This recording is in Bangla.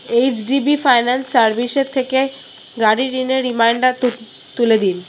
এইচ ডি বি ফাইন্যান্স সার্ভিসের থেকে গাড়ি ঋণের রিমাইন্ডার তুলে দিন